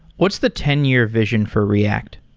what's the ten year vision for react?